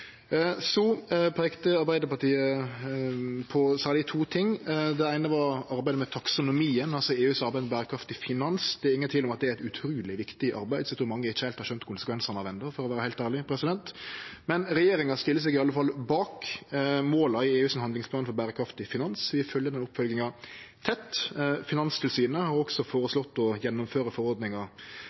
Arbeidarpartiet peikte på særleg to ting. Det eine var arbeidet med taksonomien, altså EUs arbeid med berekraftig finans. Det er ingen tvil om at det er eit utruleg viktig arbeid, som mange ikkje heilt har skjønt konsekvensane av enno, for å vere heilt ærleg. Regjeringa stiller seg i alle fall bak måla i EUs handlingsplan for berekraftig finans, og me følgjer opp tett. Finanstilsynet har føreslått å gjennomføre forordninga